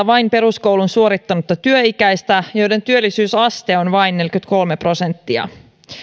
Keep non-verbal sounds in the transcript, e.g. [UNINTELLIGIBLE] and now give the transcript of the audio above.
[UNINTELLIGIBLE] vain peruskoulun suorittanutta työikäistä joiden työllisyysaste on vain neljäkymmentäkolme prosenttia